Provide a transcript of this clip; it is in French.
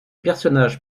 personnages